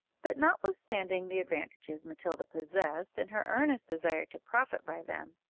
but notwithstanding the advantages matilda possessed, and her earnest desire to profit by them,